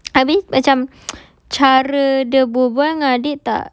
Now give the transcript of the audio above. habis macam cara dia berbual tak